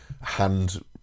hand